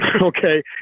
okay